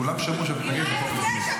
כולם שמעו שאת מתנגדת לחוק הגיוס.